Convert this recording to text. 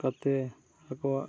ᱠᱟᱛᱮᱫ ᱟᱠᱚᱣᱟᱜ